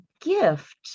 gift